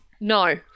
no